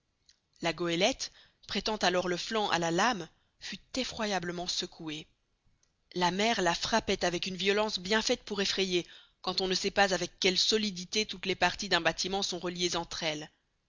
la goélette prêtant alors le flanc à la lame fut effroyablement secouée la mer la frappait avec une violence bien faite pour effrayer quand on ne sait pas avec quelle solidité toutes les parties d'un bâtiment sont reliées entre elles